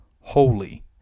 holy